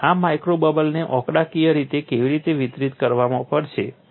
અને આ માઇક્રો બબલને આંકડાકીય રીતે કેવી રીતે વિતરિત કરવા પડશે